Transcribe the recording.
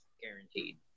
guaranteed